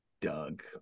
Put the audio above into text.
Doug